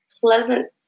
pleasant